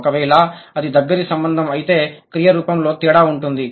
ఒకవేళ అది దగ్గరి సంబంధం అయితే క్రియ రూపంలో తేడా ఉండదు